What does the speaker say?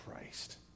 Christ